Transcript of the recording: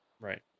Right